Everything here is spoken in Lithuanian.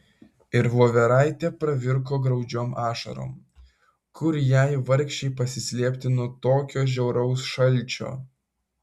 ir voveraitė pravirko graudžiom ašarom kur jai vargšei pasislėpti nuo tokio žiauraus šalčio